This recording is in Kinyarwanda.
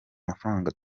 mafaranga